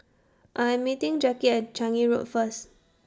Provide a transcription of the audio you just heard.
I'm meeting Jacki At Changi Road First